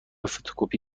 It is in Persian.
فتوکپی